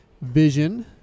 vision